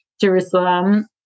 Jerusalem